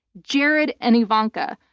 jared and ivanka,